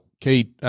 Kate